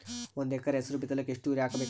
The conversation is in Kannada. ಒಂದ್ ಎಕರ ಹೆಸರು ಬಿತ್ತಲಿಕ ಎಷ್ಟು ಯೂರಿಯ ಹಾಕಬೇಕು?